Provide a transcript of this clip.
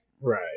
Right